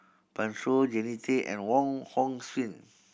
Pan Shou Jannie Tay and Wong Hong Suen